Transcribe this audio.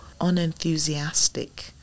unenthusiastic